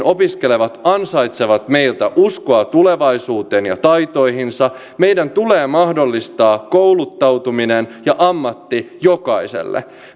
opiskelevat ansaitsevat meiltä uskoa tulevaisuuteen ja taitoihinsa meidän tulee mahdollistaa kouluttautuminen ja ammatti jokaiselle